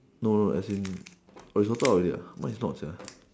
no no as in you sorted out already mine is not